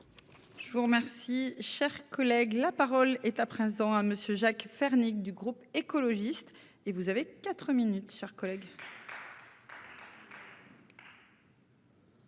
Je vous remercie, cher collègue, la parole est à présent à monsieur Jacques Fernique du groupe écologiste et vous avez 4 minutes, chers collègues.